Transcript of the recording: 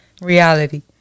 reality